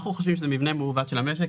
אנחנו חושבים שזה מבנה מעוות של המשק